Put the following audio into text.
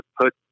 put